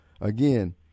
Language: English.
again